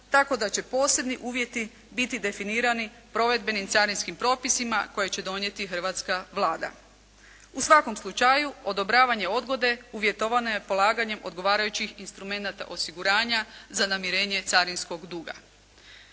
tako da će posebni uvjeti biti definirani provedbenim carinskim propisima koje će donijeti hrvatska Vlada. U svakom slučaju, odobravanje odgode uvjetovano je polaganjem odgovarajućih instrumenata osiguranja za namirenje carinskog duga.